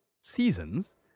seasons